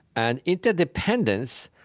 and interdependence,